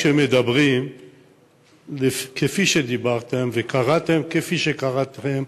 כשמדברים כפי שדיברתם וקראתם כפי שקראתם,